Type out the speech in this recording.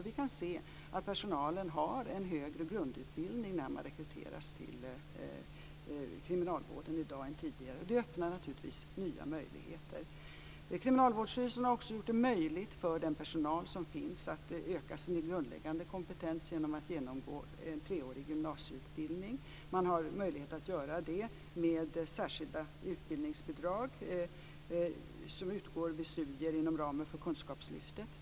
Vi kan se att den personal som rekryteras till kriminalvården i dag har en högre grundutbildning än tidigare. Det öppnar naturligtvis nya möjligheter. Kriminalvårdsstyrelsen har också gjort det möjligt för den personal som finns att öka sin grundläggande kompetens genom att genomgå en treårig gymnasieutbildning. Man har möjlighet att göra det med särskilda utbildningsbidrag som utgår vid studier inom ramen för Kunskapslyftet.